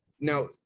Now